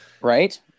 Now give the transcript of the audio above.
Right